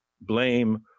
blame